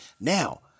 now